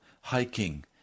hiking